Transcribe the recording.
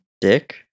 dick